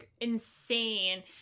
insane